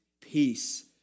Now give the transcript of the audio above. peace